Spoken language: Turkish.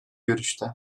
görüşte